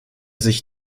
sich